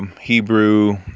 Hebrew